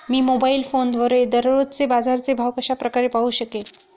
मी mobile फोनवर दररोजचे बाजाराचे भाव कशा प्रकारे पाहू शकेल?